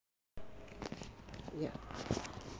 ya